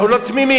אנחנו לא תמימים.